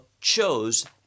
chose